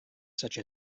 such